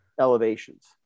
elevations